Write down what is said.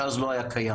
שאז לא היה קיים.